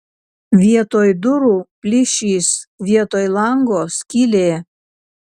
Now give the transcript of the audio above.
vietoj durų plyšys vietoj lango skylė